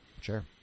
Sure